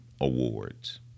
awards